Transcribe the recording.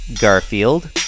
Garfield